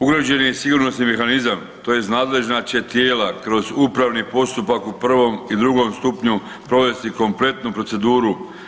Ugrađen je i sigurnosni mehanizam tj. nadležna će tijela kroz upravni postupak u prvom i drugom stupnju provesti kompletnu proceduru.